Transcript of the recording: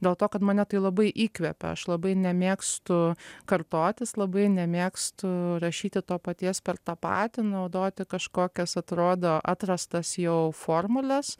dėl to kad mane tai labai įkvepia aš labai nemėgstu kartotis labai nemėgstu rašyti to paties per tą patį naudoti kažkokias atrodo atrastas jau formules